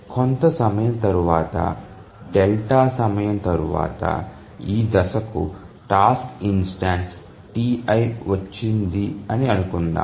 కొంత సమయం తరువాత డెల్టా సమయం తరువాత ఈ దశకు టాస్క్ ఇన్స్టెన్సు ti వచ్చింది అని అనుకుందాం